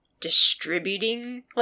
distributing